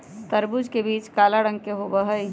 तरबूज के बीचा काला रंग के होबा हई